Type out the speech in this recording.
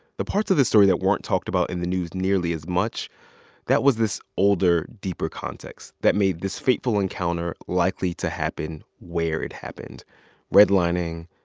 the parts of the story that weren't talked about in the news nearly as much that was this older, deeper context that made this fateful encounter likely to happen where it happened redlining,